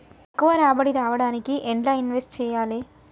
ఎక్కువ రాబడి రావడానికి ఎండ్ల ఇన్వెస్ట్ చేయాలే?